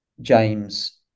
james